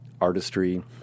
artistry